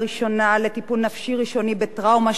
לטיפול נפשי ראשוני בטראומה שעברו,